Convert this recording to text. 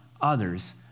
others